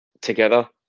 together